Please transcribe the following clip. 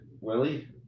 Willie